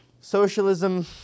socialism